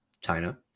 china